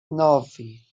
nove